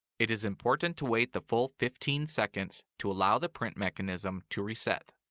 it is important to wait the full fifteen seconds to allow the print mechanism to reset.